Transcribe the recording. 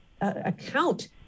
account